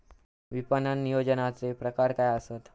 विपणन नियोजनाचे प्रकार काय आसत?